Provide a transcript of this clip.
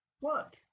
work